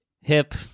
hip